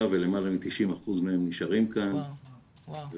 ולמעלה מ-90% מהם נשארים כאן ומשרתים,